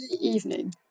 evening